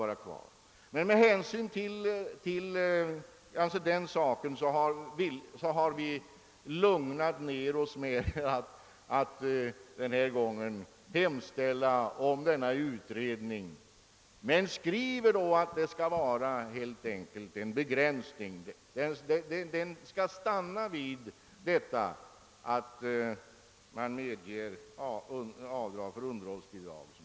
Vi har emellertid lugnat ner oss och nöjt oss med att den här gången hemställa om en utredning men skrivit att möjligheterna att åstadkomma en begränsning av avdragsrätten bör undersökas.